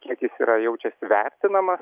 kiek jis yra jaučiasi vertinamas